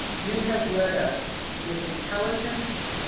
you have led us with intelligence,